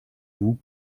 vous